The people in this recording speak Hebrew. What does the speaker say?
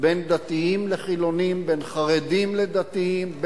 בין דתיים לחילונים, בין חרדים לדתיים.